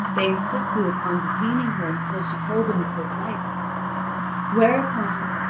they insisted upon detaining her until she told them of her plight whereupon,